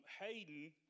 Hayden